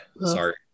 sorry